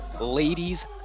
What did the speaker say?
ladies